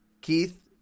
Keith